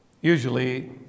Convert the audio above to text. Usually